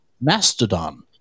Mastodon